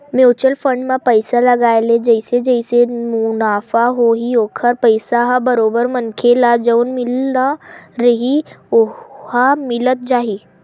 mutual fund म पइसा लगाय ले जइसे जइसे मुनाफ होही ओखर पइसा ह बरोबर मनखे ल जउन मिलना रइही ओहा मिलत जाही